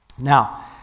Now